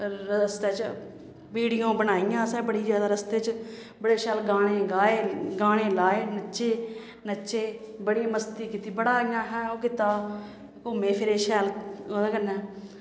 रस्तै च वीडियो बनाइयां असें बड़ी ज्यादा रस्ते च बड़े शैल गाने गाए गाने लाए नच्चे नच्चे बड़ी मस्ती कीती बड़ा इ'यां असें इ'यां ओह् कीता घूमे फिर शैल ओह्दे कन्नै